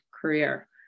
career